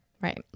Right